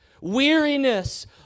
weariness